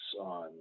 on